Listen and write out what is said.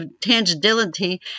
tangibility